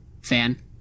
fan